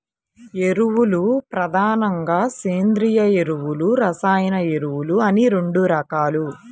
ఎరువులు ప్రధానంగా సేంద్రీయ ఎరువులు, రసాయన ఎరువులు అని రెండు రకాలు